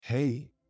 Hey